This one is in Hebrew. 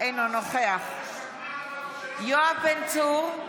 אינו נוכח יואב בן צור,